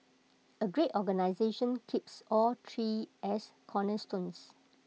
A great organisation keeps all three as cornerstones